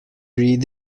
read